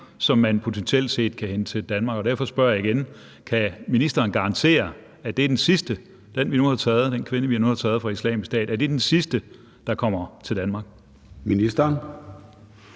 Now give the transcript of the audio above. som man potentielt set kan hente til Danmark. Derfor spørger jeg igen: Kan ministeren garantere, at den kvinde fra Islamisk Stat, vi nu har taget, er den sidste, der kommer til Danmark? Kl.